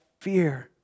fear